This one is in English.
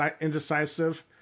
indecisive